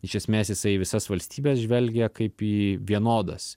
iš esmės jisai į visas valstybes žvelgia kaip į vienodas